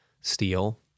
steel